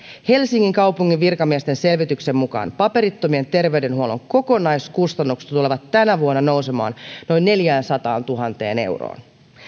helsingin kaupungin virkamiesten selvityksen mukaan paperittomien terveydenhuollon kokonaiskustannukset tulevat tänä vuonna nousemaan noin neljäänsataantuhanteen euroon